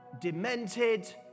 demented